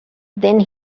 then